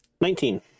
Nineteen